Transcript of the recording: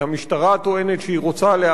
המשטרה טוענת שהיא רוצה להיערך,